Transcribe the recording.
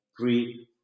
three